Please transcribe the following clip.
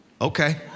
Okay